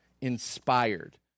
inspired